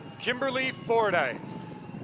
kimberly fordeis.